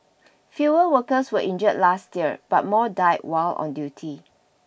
fewer workers were injured last year but more died while on duty